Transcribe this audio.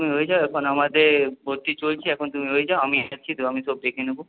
হ্যাঁ হয়ে যাও এখন আমাদের ভর্তি চলছে এখন তুমি হয়ে যাও আমি আছি তো আমি সব দেখে নেবো